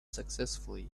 successfully